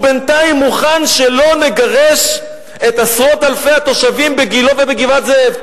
בינתיים הוא מוכן שלא נגרש את עשרות אלפי התושבים בגילה ובגבעת-זאב.